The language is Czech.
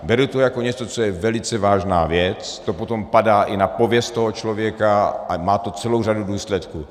Beru to jako něco, co je velice vážná věc, to potom padá i na pověst toho člověka a má to celou řadu důsledků.